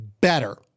better